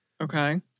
Okay